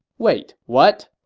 wait, what?